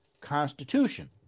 constitution